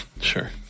Sure